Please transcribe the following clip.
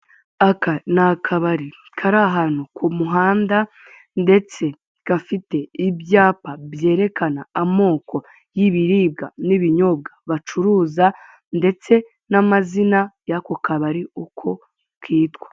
Aka ni akabari kari ahantu ku muhanda, ndetse gafite ibyapa byerekana amoko y'ibiribwa n'ibinyobwa bacuruza, ndetse n'amazina y'ako kabari uko kitwa.